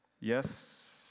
Yes